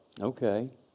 Okay